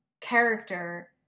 character